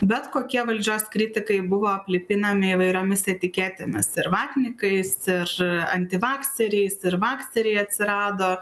bet kokie valdžios kritikai buvo aplipinami įvairiomis etiketėmis ir vatnikais ir antivakseriais ir vakseriai atsirado